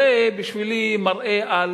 בשבילי זה מראה על